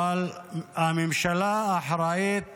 אבל הממשלה אחראית